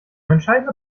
entscheidender